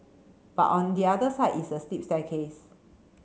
but on the other side is a steep staircase